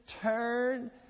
turn